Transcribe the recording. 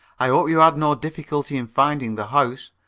i hope you had no difficulty in finding the house.